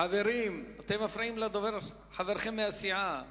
חברים, אתם מפריעים לחברכם מהסיעה.